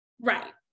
right